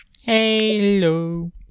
Hello